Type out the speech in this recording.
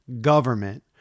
government